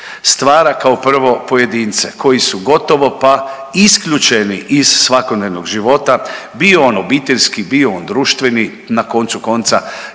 Stvara kao prvo pojedince koji su gotovo pa isključeni iz svakodnevnog života bio on obiteljski, bio on društveni. Na koncu konca